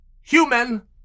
human